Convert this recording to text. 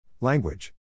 Language